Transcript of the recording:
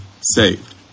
saved